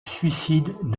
suicide